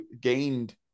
gained